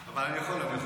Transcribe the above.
לא, הינה, אני מוכנה.